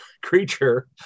Creature